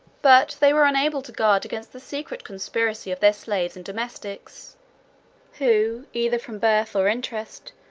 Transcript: but they were unable to guard against the secret conspiracy of their slaves and domestics who, either from birth or interest,